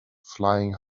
flying